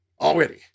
Already